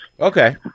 Okay